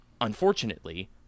Unfortunately